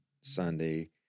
Sunday